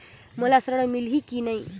मोला ऋण मिलही की नहीं?